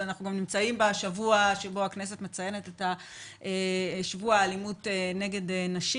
אנחנו גם נמצאים בשבוע שבו הכנסת מציינת את שבוע האלימות נגד נשים.